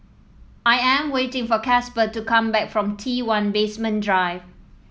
I am waiting for Casper to come back from T one Basement Drive